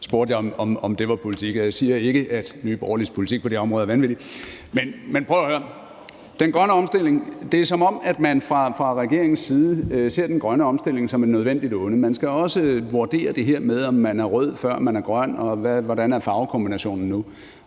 så spurgte jeg, om det var deres politik. Jeg siger ikke, at Nye Borgerliges politik på det område er vanvittig. Men prøv at høre, det er, som om man fra regeringens side ser den grønne omstilling som et nødvendigt onde, og man skal også vurdere det her med, om man er rød, før man er grøn, og hvordan farvekombinationen nu